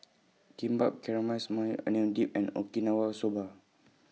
Kimbap Maui Onion Dip and Okinawa Soba